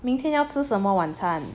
明天要吃什么晚餐